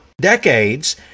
decades